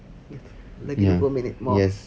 yes lagi dua puluh minit more